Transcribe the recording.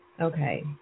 Okay